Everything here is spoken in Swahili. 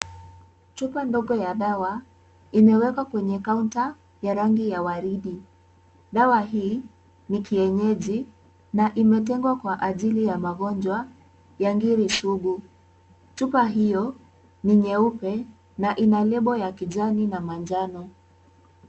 Chupa ndogo ya dawa imewekwa kwenye kaunta ya rangi ya waridi. Dawa hii ni kienyeji na imetengwa kwa ajili ya magonjwa ya Ngiri Sugu. Chupa hiyo ni nyeupe na ina lebo ya kijani na manjano.